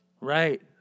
Right